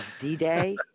D-Day